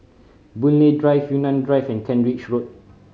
Boon Lay Drive Yunnan Drive and Kent Ridge Road